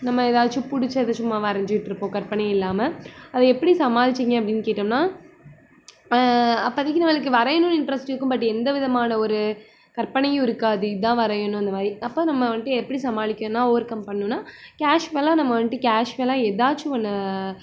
நம்ம எதாச்சும் பிடிச்சது சும்மா வரைஞ்சிட்டு இருப்போம் கற்பனை இல்லாமல் அதை எப்படி சமாளிச்சிங்க அப்படின்னு கேட்டோம்னா அப்போதைக்கு நம்மளுக்கு வரையணுன்னு இன்ட்ரெஸ்ட் இருக்கும் பட் எந்த விதமான ஒரு கற்பனையும் இருக்காது இதான் வரையணும் அந்த மாரி அப்போ நம்ம வந்துட்டு எப்படி சமாளிக்கணுன்னா ஓவர்கம் பண்ணுன்னா கேஸ்வலாக நம்ம வந்துட்டு கேஸ்வலாக எதாச்சும் ஒன்று